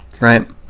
right